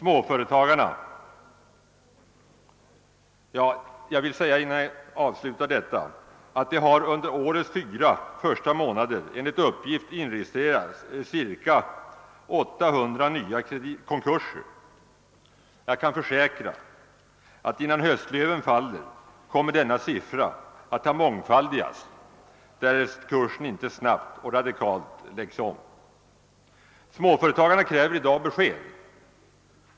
Innan jag slutar vill jag begagna tillfället att framhålla att det under årets fyra första månader enligt uppgift inregistrerats cirka 800 nya konkurser. Jag kan försäkra att denna siffra kommer att mångfaldigas innan höstlöven faller, därest kursen inte snabbt och radikalt lägges om. Småföretagarna kräver i dag besked.